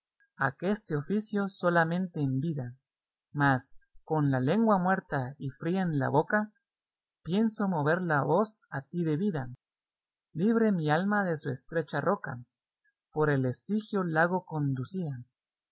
que me toca aqueste oficio solamente en vida mas con la lengua muerta y fría en la boca pienso mover la voz a ti debida libre mi alma de su estrecha roca por el estigio lago conducida